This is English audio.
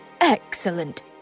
Excellent